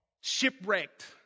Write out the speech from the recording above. shipwrecked